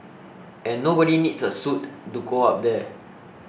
and nobody needs a suit to go up there